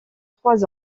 trois